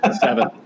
seven